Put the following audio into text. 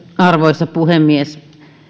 arvoisa puhemies